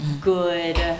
good